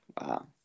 Wow